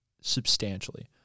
substantially